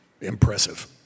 Impressive